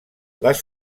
les